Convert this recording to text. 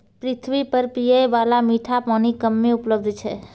पृथ्वी पर पियै बाला मीठा पानी कम्मे उपलब्ध छै